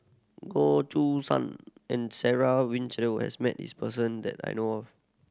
Goh San and Sarah has met this person that I know of